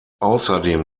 außerdem